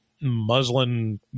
muslin